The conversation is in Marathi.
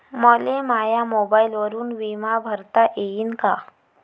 मले माया मोबाईलवरून बिमा भरता येईन का?